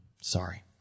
Sorry